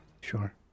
Sure